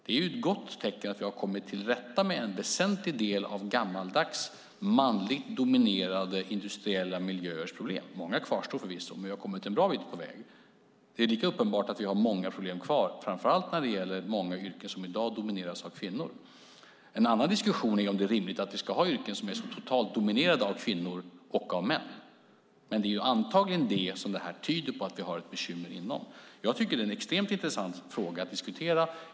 Det är ett gott tecken på att vi har kommit till rätta med en väsentlig del av gammaldags, manligt dominerade industriella miljöers problem. Många kvarstår förvisso, men vi har kommit en bra bit på väg. Det är lika uppenbart att vi har många problem kvar, framför allt när det gäller många yrken som i dag domineras av kvinnor. En annan diskussion är om det är rimligt att vi ska ha yrken som är så totalt dominerade av kvinnor eller av män. Men det är antagligen det som det här tyder på att vi har ett bekymmer med. Jag tycker att det är en extremt intressant fråga att diskutera.